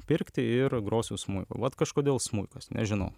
pirkti ir grosiu smuiku vat kažkodėl smuikas nežinau